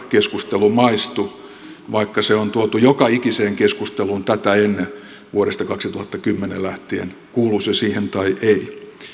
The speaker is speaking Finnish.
keskustelu maistu vaikka se on tuotu joka ikiseen keskusteluun tätä ennen vuodesta kaksituhattakymmenen lähtien kuului se siihen tai ei